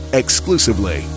exclusively